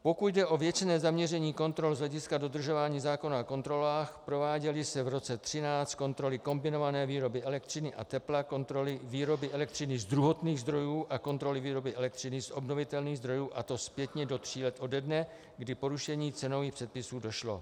Pokud jde o věcné zaměření kontrol z hlediska dodržování zákona o kontrolách, prováděly se v roce 2013 kontroly kombinované výroby elektřiny a tepla, kontroly výroby elektřiny z druhotných zdrojů a kontroly elektřiny z obnovitelných zdrojů, a to zpětně do tří let ode dne, kdy k porušení cenových předpisů došlo.